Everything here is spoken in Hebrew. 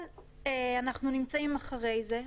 אבל אנחנו נמצאים אחרי זה.